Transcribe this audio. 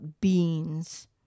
beans